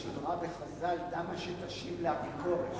יש אמרה בחז"ל: "דע מה שתשיב לאפיקורס",